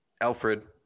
Alfred